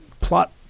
plot